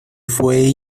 fue